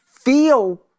feel